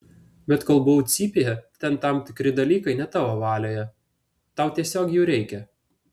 bet kol buvau cypėje ten tam tikri dalykai ne tavo valioje tau tiesiog jų reikia